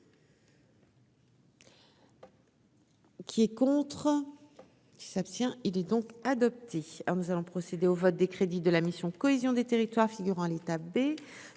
Qui est contre. Qui s'abstient, il est donc adopté alors nous allons procéder au vote des crédits de la mission cohésion des territoires figurant l'je